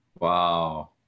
Wow